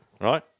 right